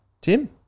Tim